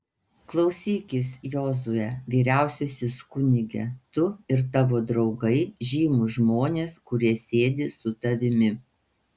klausykis jozue vyriausiasis kunige tu ir tavo draugai žymūs žmonės kurie sėdi su tavimi